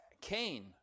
Cain